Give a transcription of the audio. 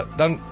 dan